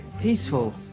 peaceful